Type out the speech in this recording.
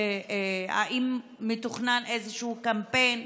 האם מתוכנן איזשהו קמפיין?